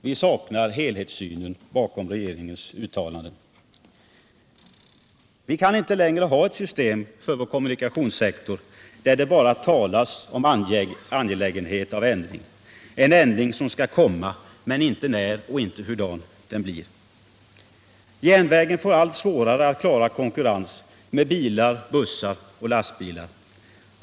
Vi saknar helhetssynen bakom regeringens uttalanden. Vi kan inte längre ha ett system för vår kommunikationssektor där det bara talas om angelägenheten av ändring — en ändring som skall komma — men inte om när den kommer och hurdan den blir. Järnvägen får allt svårare att klara konkurrensen med bilar, bussar och lastbilar.